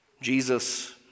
Jesus